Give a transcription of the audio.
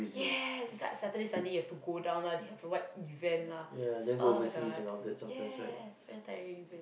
yes it's like Saturday Sunday you have to go down lah they have the what event lah [oh]-my-god yes it's very tiring it's very tiring